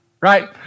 Right